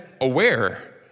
aware